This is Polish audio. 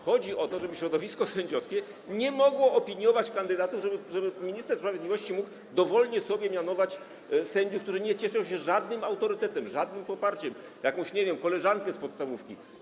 Chodzi o to, żeby środowisko sędziowskie nie mogło opiniować kandydatów, żeby minister sprawiedliwości mógł dowolnie sobie mianować sędziów, którzy nie cieszą się żadnym autorytetem, żadnym poparciem, jakąś, nie wiem, koleżankę z podstawówki.